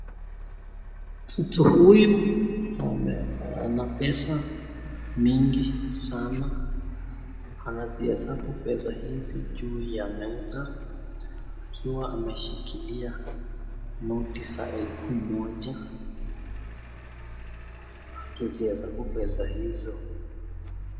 Mtu huyu ana pesa mingi sana, anazihesabu pesa hizi juu ya meza akiwa ameshikilia noti za elfu moja akizihesabu pesa hizo.